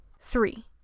Three